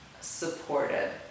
supported